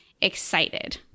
excited